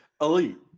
elite